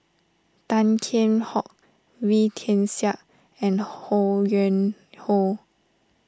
Tan Kheam Hock Wee Tian Siak and Ho Yuen Hoe